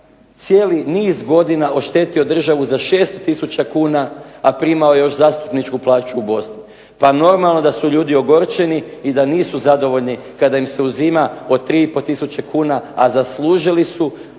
Cijeli niz godina oštetio državu za 6000 kn, a primao je još zastupničku plaću u Bosni. Pa normalno da su ljudi ogorčeni i da nisu zadovoljni kada im se uzima od 3 i pol tisuće kuna, a zaslužili su,